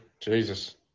Jesus